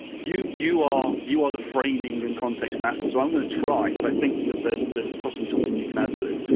you you are ah the framing and context master, so i'm going to try. but i think that there's there's possibly something you can add to this.